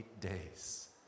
days